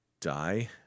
die